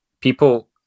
people